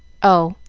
oh,